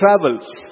travels